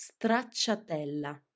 Stracciatella